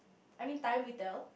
I mean time will tell